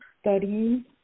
studying